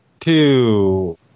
two